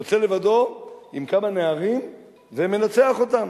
הוא יוצא לבדו עם כמה נערים ומנצח אותם.